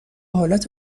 حالت